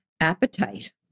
appetite